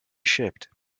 shipped